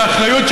באחריות,